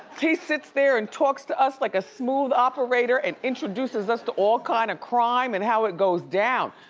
he sits there and talks to us like a smooth operator and introduces us to all kinda kind of crime and how it goes down,